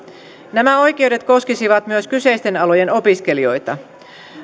nämä oikeudet koskisivat myös kyseisten alojen opiskelijoita